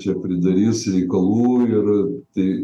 čia pridarys reikalų ir tai